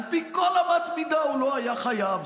על פי כל אמת מידה, הוא לא היה חייב.